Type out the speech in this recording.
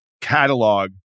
catalog